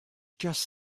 just